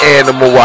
animal